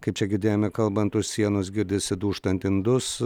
kaip čia girdėjome kalbant už sienos girdisi dūžtant indus